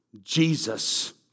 Jesus